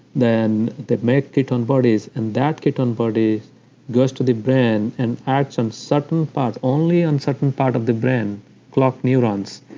then they make ketone bodies, and that ketone body goes to the brain and acts on certain parts, only on certain part of the brain clock neurons,